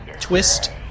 twist